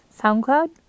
SoundCloud